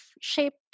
shaped